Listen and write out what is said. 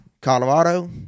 Colorado